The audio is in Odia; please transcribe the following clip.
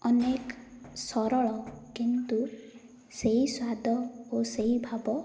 ଅନେକ ସରଳ କିନ୍ତୁ ସେଇ ସ୍ୱାଦ ଓ ସେଇ ଭାବ